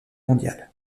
mondiale